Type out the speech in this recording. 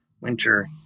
winter